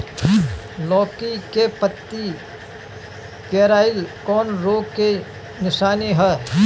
लौकी के पत्ति पियराईल कौन रोग के निशानि ह?